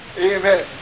Amen